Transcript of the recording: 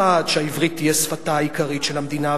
1. שהעברית תהיה שפתה העיקרית של המדינה,